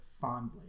fondly